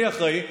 אני אחראי,